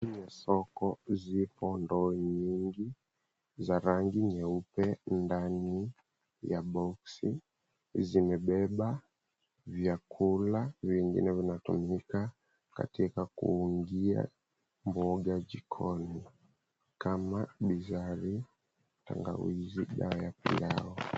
Ndani ya soko zipo ndoo nyingi za rangi nyeupe ndani ya boksi zimebeba vyakula vingine vinatumika katika kuongea mboga jikoni kama bizari, tangawizi, dawa ya pilao.